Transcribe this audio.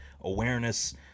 awareness